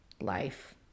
Life